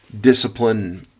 discipline